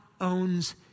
owns